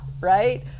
right